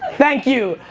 thank you.